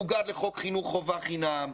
משום שזה מנוגד לחוק חינוך חובה חינם,